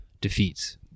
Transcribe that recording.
defeats